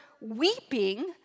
weeping